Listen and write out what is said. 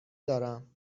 دارم